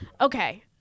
Okay